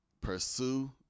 Pursue